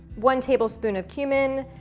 one tablespoon of cumin,